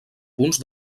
punts